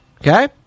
Okay